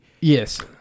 Yes